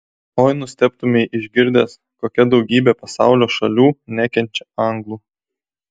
oi nustebtumei išgirdęs kokia daugybė pasaulio šalių nekenčia anglų